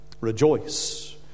Rejoice